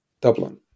Dublin